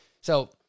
So-